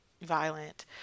violent